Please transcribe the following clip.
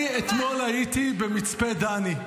אתמול הייתי במצפה דני.